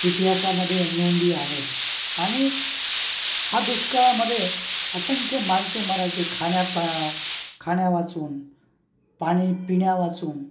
इतिहासामध्ये नोंदी आहेत आणि हा दुष्काळामध्ये असंख्य माणसे मरायची खाण्या पा खाण्यावाचून पाणी पिण्यावाचून